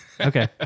Okay